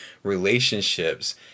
relationships